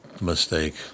mistake